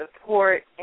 support